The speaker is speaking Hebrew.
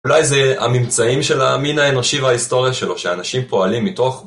אולי זה הממצאים של המין האנושי וההיסטוריה שלו שאנשים פועלים מתוך